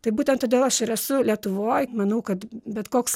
tai būtent todėl aš ir esu lietuvoj manau kad bet koks